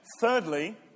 Thirdly